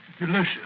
Delicious